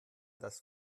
das